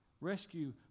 Rescue